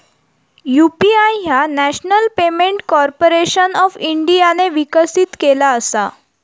UPI ह्या national payment corporation of इंडियाने विकसित केला असा